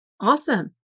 Awesome